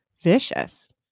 vicious